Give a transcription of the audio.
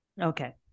Okay